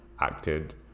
acted